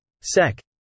Sec